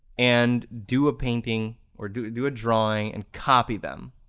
and do a painting or do do a drawing and copy them,